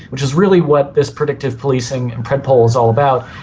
which is really what this predictive policing and predpol is all about,